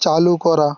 চালু করা